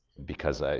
because, ah